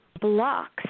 blocks